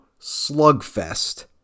slugfest